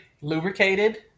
Lubricated